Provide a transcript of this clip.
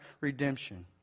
redemption